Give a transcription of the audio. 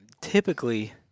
Typically